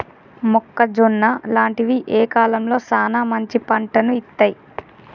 మొక్కజొన్న లాంటివి ఏ కాలంలో సానా మంచి పంటను ఇత్తయ్?